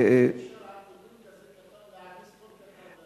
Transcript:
אי-אפשר על תיקון כזה קטן להעמיס כל כך הרבה.